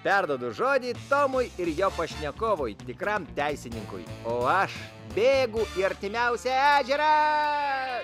perduodu žodį tomui ir jo pašnekovui tikram teisininkui o aš bėgu į artimiausią ežerą